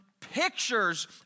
pictures